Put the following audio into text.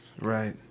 Right